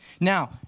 Now